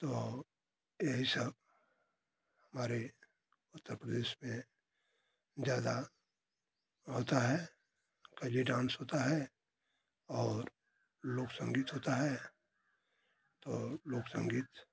तो येही सब हमारे उत्तर प्रदेश में ज़्यादा होता है कजरी डांस होता है और लोक संगीत होता है तो लोक संगीत